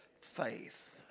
faith